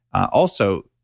also,